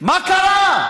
מה קרה?